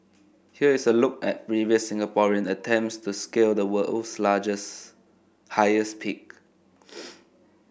here is a look at previous Singaporean attempts to scale the world's largest peak